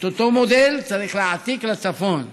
את אותו מודל צריך להעתיק לצפון,